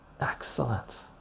excellent